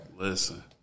Listen